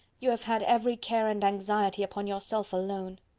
you have had every care and anxiety upon yourself alone.